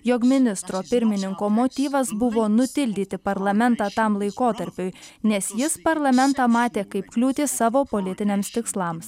jog ministro pirmininko motyvas buvo nutildyti parlamentą tam laikotarpiui nes jis parlamentą matė kaip kliūtį savo politiniams tikslams